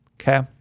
okay